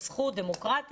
זה זכות דמוקרטית.